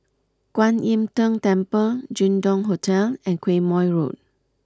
Kwan Im Tng Temple Jin Dong Hotel and Quemoy Road